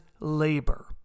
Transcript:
labor